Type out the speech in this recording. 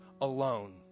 alone